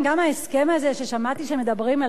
ששמעתי שמדברים עליו היום בבוקר,